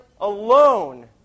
alone